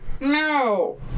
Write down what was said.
No